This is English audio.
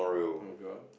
oh god